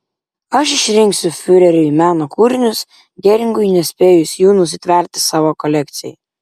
aš išrinksiu fiureriui meno kūrinius geringui nespėjus jų nusitverti savo kolekcijai